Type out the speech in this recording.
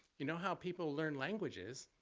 you know how people learn languages,